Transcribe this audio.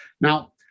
now